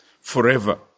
forever